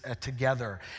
together